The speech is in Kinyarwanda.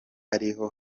ariho